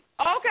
Okay